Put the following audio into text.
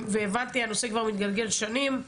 הבנתי, הנושא כבר מתגלגל שנים.